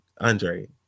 Andre